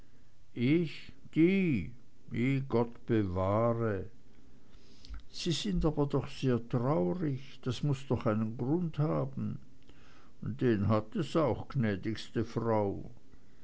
ich die i gott bewahre sie sind aber doch sehr traurig das muß doch einen grund haben den hat es auch gnädigste frau